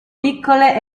piccole